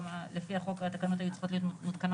לפי החוק התקנות היו צריכות להיות מותקנות